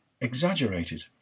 exaggerated